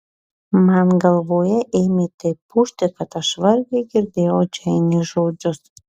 man galvoje ėmė taip ūžti kad aš vargiai girdėjau džeinės žodžius